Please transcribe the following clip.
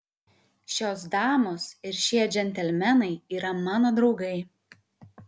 šios damos ir šie džentelmenai yra mano draugai